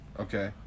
Okay